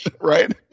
Right